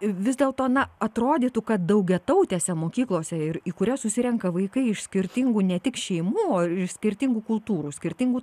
vis dėlto na atrodytų kad daugiatautėse mokyklose ir į kurias susirenka vaikai iš skirtingų ne tik šeimų o ir skirtingų kultūrų skirtingų